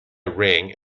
ring